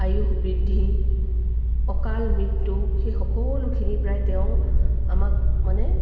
আয়ুস বৃদ্ধি অকাল মৃত্যু সেই সকলোখিনিৰ পৰাই তেওঁ আমাক মানে